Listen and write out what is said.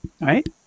right